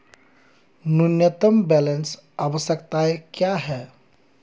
न्यूनतम बैलेंस आवश्यकताएं क्या हैं?